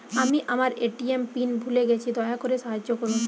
আমি আমার ATM pin ভুলে গেছি, দয়া করে সাহায্য করুন